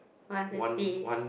one fifty